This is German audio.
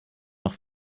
noch